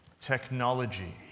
Technology